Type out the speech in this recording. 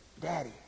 Daddy